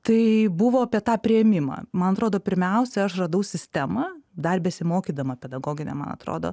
tai buvo apie tą priėmimą man atrodo pirmiausia aš radau sistemą dar besimokydama pedagoginiam man atrodo